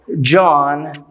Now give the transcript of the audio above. John